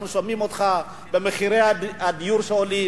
אנחנו שומעים אותך במחירי הדיור שעולים